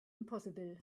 impossible